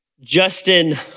Justin